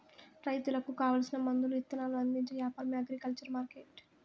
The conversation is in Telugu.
రైతులకు కావాల్సిన మందులు ఇత్తనాలు అందించే యాపారమే అగ్రికల్చర్ మార్కెట్టు